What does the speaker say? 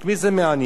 את מי זה מעניין?